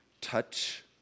touch